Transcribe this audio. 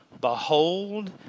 Behold